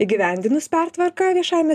įgyvendinus pertvarką viešajame